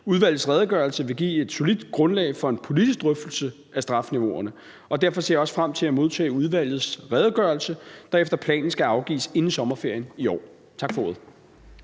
Udvalgets redegørelse vil give et solidt grundlag for en politisk drøftelse af strafniveauerne, og derfor ser jeg også frem til at modtage udvalgets redegørelse, der efter planen skal afgives inden sommerferien i år. Tak for ordet.